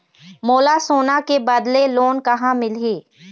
मोला सोना के बदले लोन कहां मिलही?